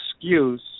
excuse